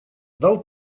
дал